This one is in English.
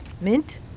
Mint